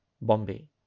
Bombay